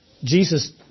Jesus